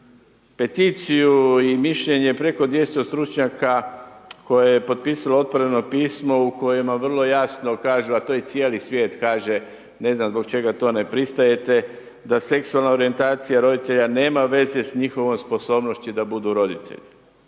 peticiju i mišljenje preko 200 stručnjaka koje je potpisalo otvoreno pismo u kojima vrlo jasno kažu, a to i cijeli svijet kaže, ne znam zbog čega to ne pristajete, da seksualna orijentacija roditelja nema veze s njihovom sposobnošću da budu roditelji.